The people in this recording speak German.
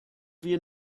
wir